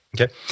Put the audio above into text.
okay